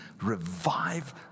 Revive